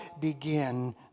begin